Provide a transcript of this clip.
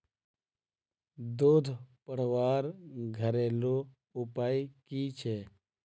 दूध बढ़वार घरेलू उपाय की छे?